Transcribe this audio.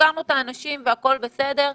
סגרנו את האנשים והכול בסדר,